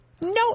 No